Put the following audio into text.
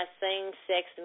same-sex